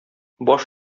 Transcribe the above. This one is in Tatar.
баш